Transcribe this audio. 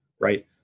right